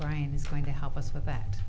ryan is trying to help us with that